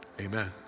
Amen